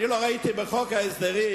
אני לא ראיתי בחוק ההסדרים,